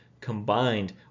combined